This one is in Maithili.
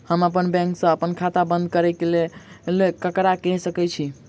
हम अप्पन बैंक सऽ अप्पन खाता बंद करै ला ककरा केह सकाई छी?